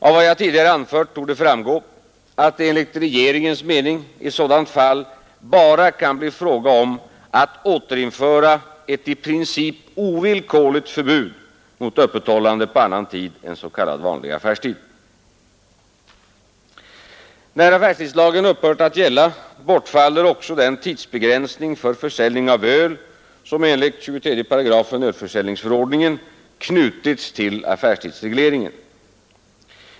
Av vad jag tidigare anfört torde framgå, att det enligt regeringens mening i sådant fall bara kan bli fråga om att återinföra ett i princip ovillkorligt förbud mot öppethållande på annan tid än s.k. vanlig affärstid. När affärstidslagen upphör att gälla, bortfaller också den tidsbegränsning för försäljning av öl, som enligt 23 § ölförsäljningsförordningen knutits till affärstidsregleringen.